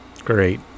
Great